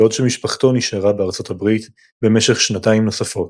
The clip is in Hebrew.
בעוד שמשפחתו נשארה בארצות הברית במשך שנתיים נוספות.